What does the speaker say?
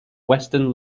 western